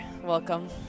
welcome